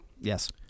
Yes